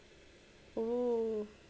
oh